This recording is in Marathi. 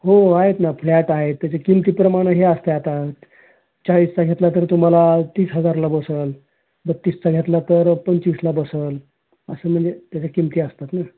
हो आहेत ना फ्लॅट आहेत त्याच्या किमतीप्रमाणं हे असतं आहे आता चाळीसचा घेतला तर तुम्हाला तीस हजाराला बसंल बत्तीसचा घेतला तर पंचवीसला बसंल असं म्हणजे त्याच्या किमती असतात नं